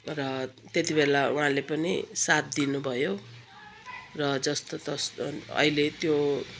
र त्यति बेला उहाँले पनि साथ दिनुभयो र जस्तो तस्तो अहिले त्यो